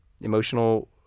emotional